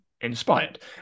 inspired